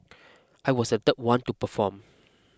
I was the third one to perform